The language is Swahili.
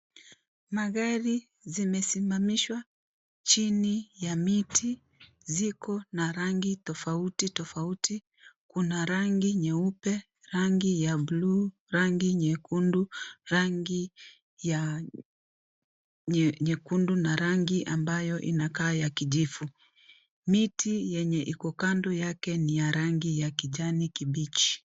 Magari zimesimamishwa chini ya miti, ziko na rangi tofauti tofauti, kuna rangi nyeupe, rangi ya blue , rangi nyekundu, na rangi ambayo inakaa ya kijivu. Miti yenye iko kando yake ni ya rangi ya kijani kibichi